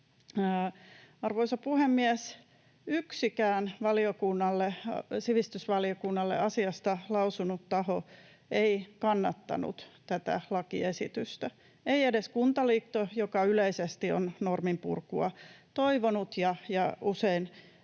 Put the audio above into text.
Arvoisa puhemies! Yksikään sivistysvaliokunnalle asiasta lausunut taho ei kannattanut tätä lakiesitystä, ei edes Kuntaliitto, joka yleisesti on norminpurkua toivonut ja usein